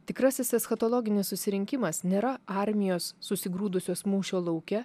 tikrasis eschatologinis susirinkimas nėra armijos susigrūdusios mūšio lauke